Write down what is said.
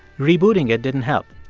rebooting it didn't help.